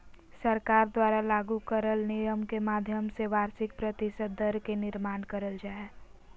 सरकार द्वारा लागू करल नियम के माध्यम से वार्षिक प्रतिशत दर के निर्माण करल जा हय